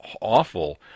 awful